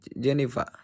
Jennifer